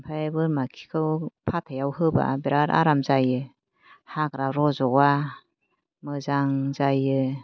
ओमफ्राय बोरमा खिखौ फाथैयाव होबा बिराद आराम जायो हाग्रा रज'आ मोजां जायो